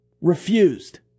Refused